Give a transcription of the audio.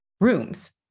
rooms